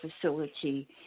facility